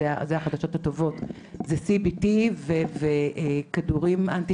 אלה החדשות הטובות: CBT וכדורים אנטי